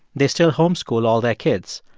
they still home-school all their kids,